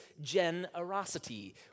generosity